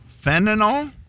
Fentanyl